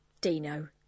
Dino